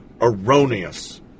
erroneous